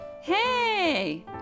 Hey